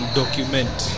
document